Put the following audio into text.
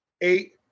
eight